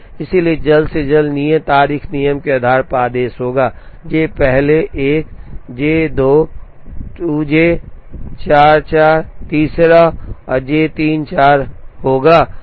इसलिए जल्द से जल्द नियत तारीख नियम के आधार पर आदेश होगा जे पहले 1 जे 2 2 जे 4 4 तीसरा और जे 3 4 होगा